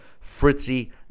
Fritzy